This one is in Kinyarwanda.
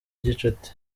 gicuti